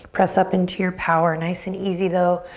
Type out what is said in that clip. press up into your power. nice and easy though,